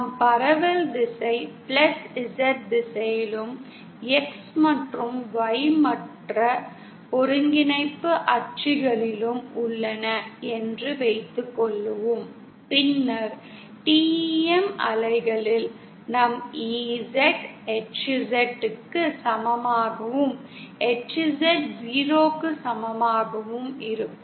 நம் பரவல் திசை Z திசையிலும் X மற்றும் Y மற்ற ஒருங்கிணைப்பு அச்சுகளிலும் உள்ளன என்று வைத்துக்கொள்வோம் பின்னர் TEM அலைகளில் நம் EZ HZ க்கு சமமாகவும் HZ 0 க்கு சமமாக இருக்கும்